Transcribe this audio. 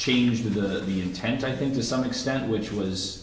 changed to the intent i think to some extent which was